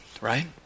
right